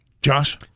Josh